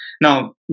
Now